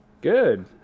good